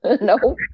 no